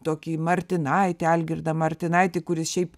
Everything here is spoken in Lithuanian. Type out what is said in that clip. tokį martinaitį algirdą martinaitį kuris šiaip